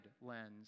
lens